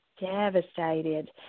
devastated